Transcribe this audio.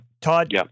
Todd